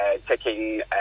taking